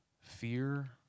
fear